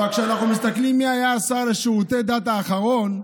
אבל כשאנחנו מסתכלים מי היה השר לשירותי דת האחרון,